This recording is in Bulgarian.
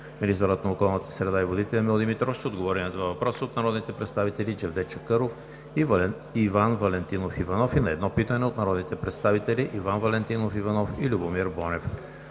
Министърът на околната среда и водите Емил Димитров ще отговори на два въпроса от народните представители Джевдет Чакъров и Иван Валентинов Иванов, и на едно питане от народните представители Иван Валентинов Иванов и Любомир Бонев.